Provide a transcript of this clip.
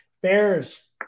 Bears